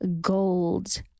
gold